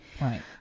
Right